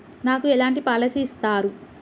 నాకు ఎలాంటి పాలసీ ఇస్తారు?